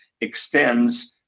extends